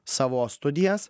savo studijas